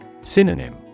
Synonym